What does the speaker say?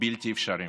בלתי אפשריים.